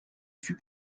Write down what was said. fut